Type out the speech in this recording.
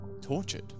tortured